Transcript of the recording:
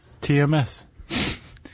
TMS